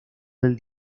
del